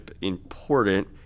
important